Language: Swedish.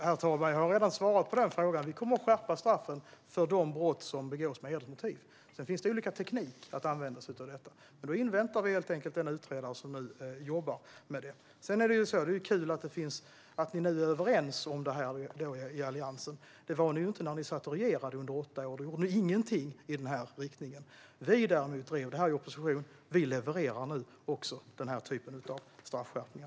Herr talman! Jag har redan svarat på den frågan. Vi kommer att skärpa straffen för de brott som begås med hedersmotiv. Sedan finns det olika tekniker att använda sig av. Där inväntar vi helt enkelt den utredare som nu jobbar med detta. Det är kul att ni nu är överens om det här i Alliansen. Det var ni inte under de åtta år när ni regerade. Då gjorde ni ingenting i den här riktningen. Vi däremot drev det här i opposition. Vi levererar nu också den här typen av straffskärpningar.